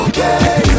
Okay